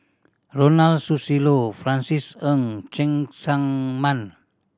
Ronald Susilo Francis Ng Cheng Tsang Man